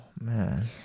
man